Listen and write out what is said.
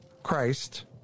Christ